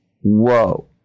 whoa